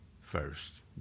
first